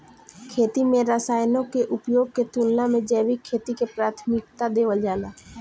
खेती में रसायनों के उपयोग के तुलना में जैविक खेती के प्राथमिकता देवल जाला